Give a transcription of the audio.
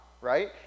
right